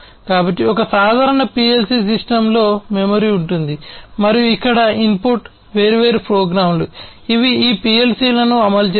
కాబట్టి ఒక సాధారణ పిఎల్సి సిస్టమ్లో మెమరీ ఉంటుంది మరియు ఇక్కడ ఇన్పుట్ వేర్వేరు ప్రోగ్రామ్లు ఇవి ఈ పిఎల్సిలను అమలు చేస్తాయి